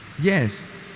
yes